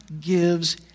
gives